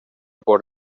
por